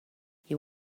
you